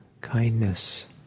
kindness